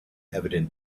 evident